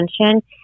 attention